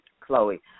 Chloe